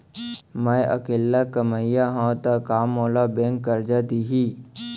मैं अकेल्ला कमईया हव त का मोल बैंक करजा दिही?